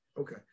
Okay